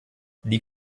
die